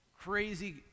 crazy